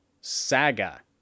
Saga